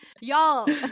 y'all